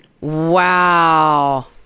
Wow